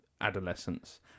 adolescence